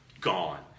gone